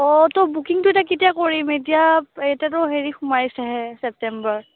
অ তো বুকিংটো এতিয়া কেতিয়া কৰিম এতিয়া এতিয়াতো হেৰি সোমাইছেহে ছেপ্তেম্বৰ